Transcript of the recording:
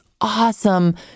awesome